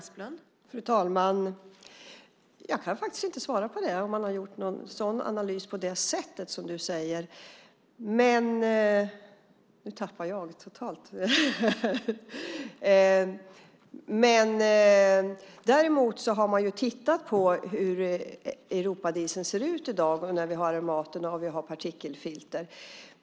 Fru talman! Jag kan inte svara på om det gjorts en sådan analys som Christin Hagberg frågar efter. Däremot har man tittat på hur europadieseln ser ut i dag då vi har aromater och partikelfilter.